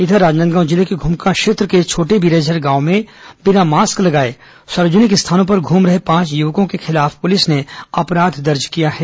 इधर राजनांदगांव जिले के घुमका क्षेत्र के छोटेबिरेझर गांव में बिना मास्क लगाए सार्वजनिक स्थानों पर घूम रहे पांच युवकों के खिलाफ पुलिस ने अपराध पंजीबद्ध किया है